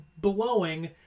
blowing